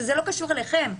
שזה לא קשור אליכם,